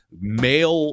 male